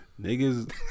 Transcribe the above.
Niggas